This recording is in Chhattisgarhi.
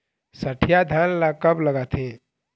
सठिया धान ला कब लगाथें?